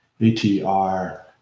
ATR